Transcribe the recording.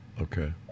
Okay